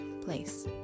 place